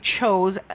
chose